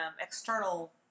external